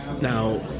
Now